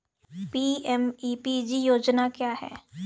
PMEPG योजना क्या है?